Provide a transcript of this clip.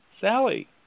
Sally